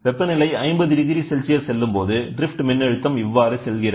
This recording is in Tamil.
வெப்பநிலை 50 டிகிரி செல்சியஸ் செல்லும்போது ட்ரிப்ஃட் மின்னழுத்தம் இவ்வாறு செல்கிறது